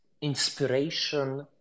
inspiration